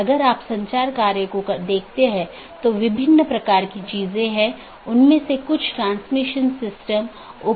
और यदि हम AS प्रकारों को देखते हैं तो BGP मुख्य रूप से ऑटॉनमस सिस्टमों के 3 प्रकारों को परिभाषित करता है